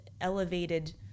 elevated